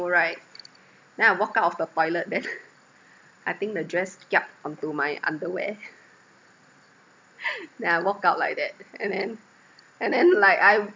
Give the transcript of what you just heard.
right then I walk out of the toilet then I think the dress kiap onto my underwear then I walk out like that and then and then like I